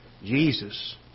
Jesus